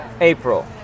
April